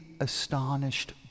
astonished